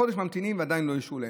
חודש ממתינים ועדיין לא אישרו להם.